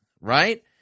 right